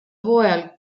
hooajal